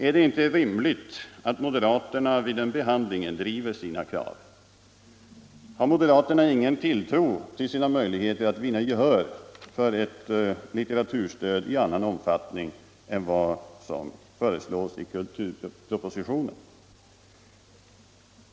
Är det inte rimligt att moderaterna vid den behandlingen driver sina krav? Har moderaterna ingen tilltro till sina möjligheter att vinna gehör för ett litteraturstöd i annan omfattning än vad som föreslås i kulturpropositionen?